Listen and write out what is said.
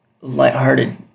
lighthearted